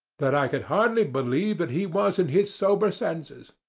that i could hardly believe that he was in his sober senses.